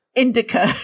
indica